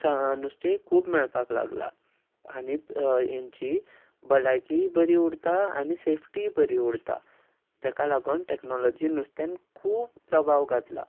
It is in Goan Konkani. नुस्तेंय खूब मेळपाक लागला आनी हेंची भलायकी बरी उरता आनी सेफ्टीय बरी उरता ताका लागून टॅक्नोलोजी नुस्त्यान खूब प्रभाव घातला